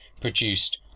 produced